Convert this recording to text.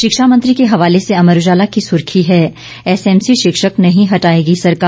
शिक्षा मंत्री के हवाले से अमर उजाला की सुर्खी है एसएमसी शिक्षक नहीं हटाएगी सरकार